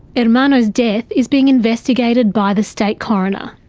ermanno's death is being investigated by the state coroner.